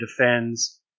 defends